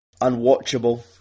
Unwatchable